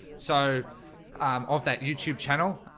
so of that youtube channel,